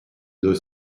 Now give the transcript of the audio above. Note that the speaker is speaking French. deux